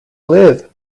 live